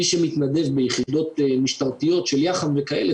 מי שמתנדב ביחידות משטריות של יח"מ וכאלה